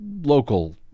local